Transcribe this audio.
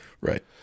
Right